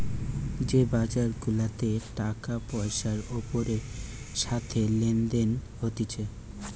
যে বাজার গুলাতে টাকা পয়সার ওপরের সাথে লেনদেন হতিছে